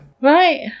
Right